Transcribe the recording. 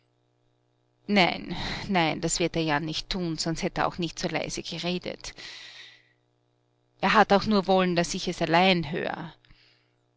nein nein das wird er ja nicht tun sonst hätt er auch nicht so leise geredet er hat auch nur wollen daß ich es allein hör